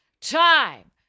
time